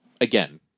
Again